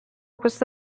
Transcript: questo